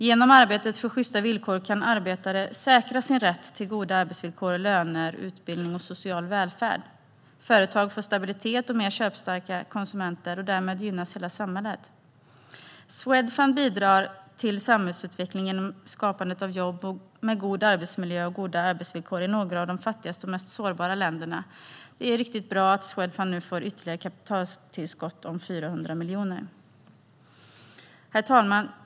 Genom arbetet för sjysta villkor kan arbetare säkra sin rätt till goda arbetsvillkor, löner, utbildning och social välfärd. Företag får stabilitet och mer köpstarka konsumenter. Därmed gynnas hela samhället. Swedfund bidrar till samhällsutveckling genom skapandet av jobb med god arbetsmiljö och goda arbetsvillkor i några av de fattigaste och mest sårbara länderna. Det är riktigt bra att Swedfund nu får ytterligare kapitaltillskott om 400 miljoner. Herr talman!